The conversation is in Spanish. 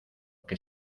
que